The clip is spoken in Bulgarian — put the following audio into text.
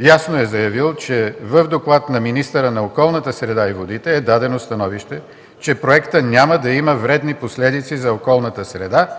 ясно е заявил, че в доклад на министъра на околната среда и водите е дадено становище, че проектът няма да има вредни последици за околната среда.